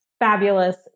fabulous